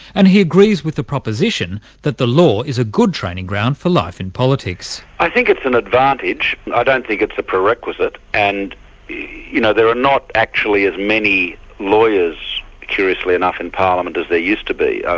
and he agrees with the proposition that the law is a good training ground for life in politics. i think it's an advantage, i don't think it's prerequisite, and you know there are not actually as many lawyers curiously enough, in parliament as there used to be.